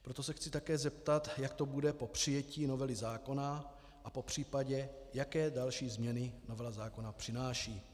Proto se chci také zeptat, jak to bude po přijetí novely zákona, a popřípadě, jaké další změny novela zákona přináší.